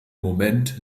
moment